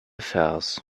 vers